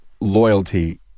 loyalty